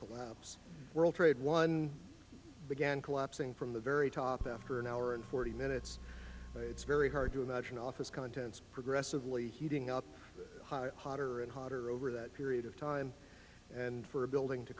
collapse world trade one began collapsing from the very top after an hour and forty minutes it's very hard to imagine office contents progressively heating up hotter and hotter over that period of time and for a building to